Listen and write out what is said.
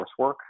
coursework